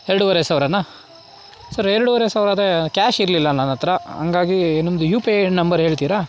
ಎರಡುವರೆ ಸಾವಿರನ ಸರ್ ಎರಡುವರೆ ಸಾವಿರ ಆದರೆ ಕ್ಯಾಶ್ ಇರಲಿಲ್ಲ ನನ್ನ ಹತ್ರ ಹಂಗಾಗಿ ನಿಮ್ದು ಯು ಪಿ ಐ ನಂಬರ್ ಹೇಳ್ತಿರ